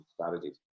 strategies